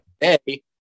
today